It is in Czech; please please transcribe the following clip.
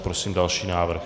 Prosím další návrh.